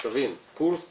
שתבין, קורס